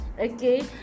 okay